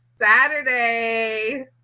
Saturday